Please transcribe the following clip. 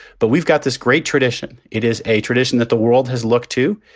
but we've got this great tradition. it is a tradition that the world has looked to.